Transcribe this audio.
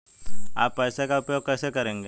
आप पैसे का उपयोग कैसे करेंगे?